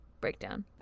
breakdown